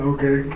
Okay